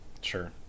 Sure